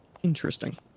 interesting